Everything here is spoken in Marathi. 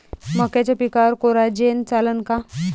मक्याच्या पिकावर कोराजेन चालन का?